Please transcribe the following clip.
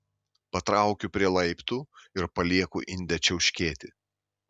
patraukiu prie laiptų ir palieku indę čiauškėti